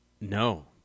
no